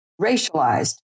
racialized